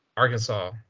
Arkansas